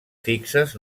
fixes